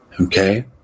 Okay